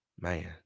man